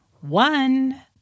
one